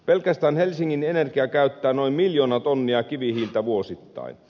pelkästään helsingin energia käyttää noin miljoona tonnia kivihiiltä vuosittain